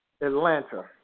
Atlanta